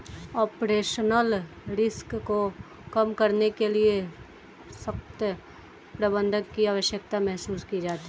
operational risk को कम करने के लिए सशक्त प्रबंधन की आवश्यकता महसूस की जाती है